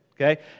okay